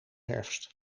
herfst